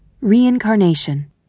Reincarnation